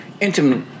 intimate